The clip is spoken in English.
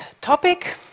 topic